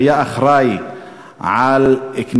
הוא היה אחראי לכניסת